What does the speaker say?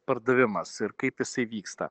pardavimas ir kaip jisai vyksta